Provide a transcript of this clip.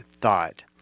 thought